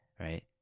right